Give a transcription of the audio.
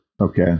Okay